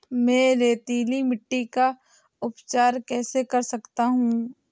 मैं रेतीली मिट्टी का उपचार कैसे कर सकता हूँ?